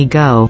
go